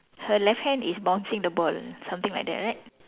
her left hand is bouncing the ball something like that right